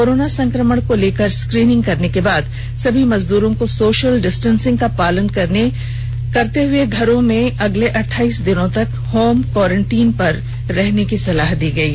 corona संक्रमण को ले स्क्रीनिंग करने के बाद सभी मजदूरो को सोशल डिस्टेंसिंग का पालन करते हुए घरों में अगले अट्ठाईस दिनों तक होम कोरोंटाईन में रहने की सलाह दी गयी